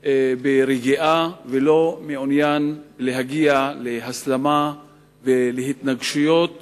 שמעוניין ברגיעה ולא מעוניין להגיע להסלמה ולהתנגשויות